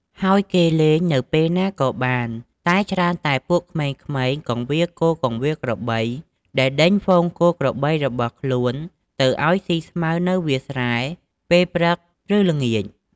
ហើយគេលេងនៅពេលណាក៏បាន តែច្រើនតែពួកក្មេងៗគង្វាលគោ-ក្របី ដែលដេញហ្វូងគោក្របីរបស់ខ្លួនទៅឲ្យស៊ីស្មៅនៅវាលស្រែ ពេលព្រឹក ឬល្ងាច។